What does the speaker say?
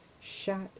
shot